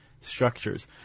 structures